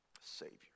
Savior